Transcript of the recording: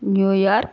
New York